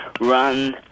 run